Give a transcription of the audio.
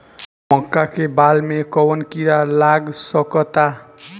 मका के बाल में कवन किड़ा लाग सकता?